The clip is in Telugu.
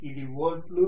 ఇది వోల్ట్లు